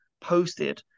posted